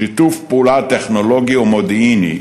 שיתוף פעולה טכנולוגי ומודיעיני